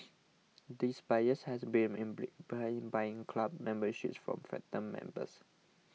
these buyers had been buying buying club memberships from phantom members